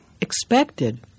expected